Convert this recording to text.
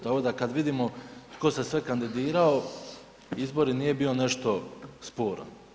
Tako da, kad vidimo tko se sve kandidirao, izbor i nije bio nešto sporan.